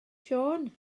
siôn